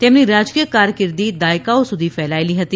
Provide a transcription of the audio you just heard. તેમની રાજકીય કારકીર્દિ દાયકાઓ સુધી ફેલાયેલી હતી